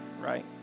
right